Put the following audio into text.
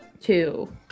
two